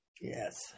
Yes